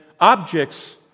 objects